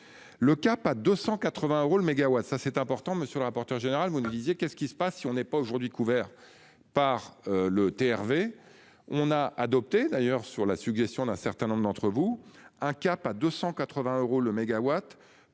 Le cap à 280 euros le mégawatt. Ça c'est important. Monsieur le rapporteur général. Vous nous disiez qu'est-ce qui se passe si on n'est pas aujourd'hui couverts par le TRV. On a adopté d'ailleurs sur la suggestion d'un certain nombre d'entre vous, un cap à 280 euros le mégawatt.